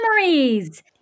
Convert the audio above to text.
memories